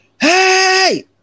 Hey